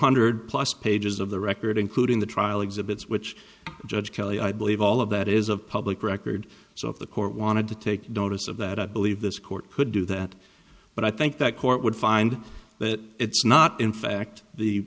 hundred plus pages of the record including the trial exhibits which judge kelly i believe all of that is of public record so if the court wanted to take notice of that i believe this court could do that but i think that court would find that it's not in fact the